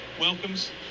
welcomes